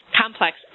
complex